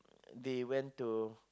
they went to